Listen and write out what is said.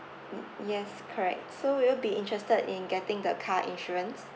mm yes correct so will you be interested in getting the car insurance